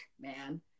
man